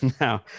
No